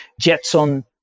Jetson